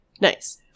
Nice